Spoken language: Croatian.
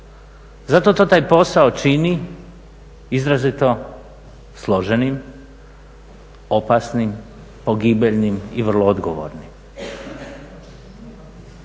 Zato to taj posao čini izrazito složenim, opasnim, pogibeljnim i vrlo odgovornim.